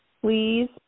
Please